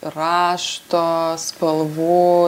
rašto spalvų